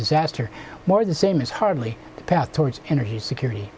disaster more of the same is hardly a path towards energy security